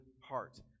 heart